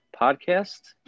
podcast